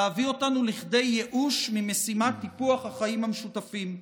להביא אותנו לכדי ייאוש ממשימת טיפוח החיים המשותפים.